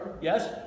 yes